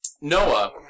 Noah